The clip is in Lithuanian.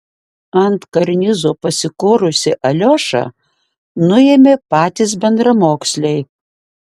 ant karnizo pasikorusį aliošą nuėmė patys bendramoksliai